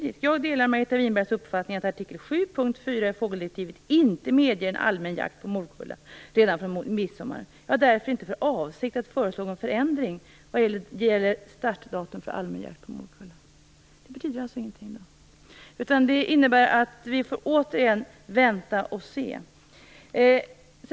Det står: "Jag delar Margareta Winbergs uppfattning att artikel 7 punkt 4 i fågeldirektivet inte medger en allmän jakt på morkulla redan från midsommar. Jag har därför inte för avsikt att föreslå någon förändring vad gäller startdatum för allmän jakt på morkulla." Det betyder alltså ingenting? Det innebär att vi återigen får vänta och se.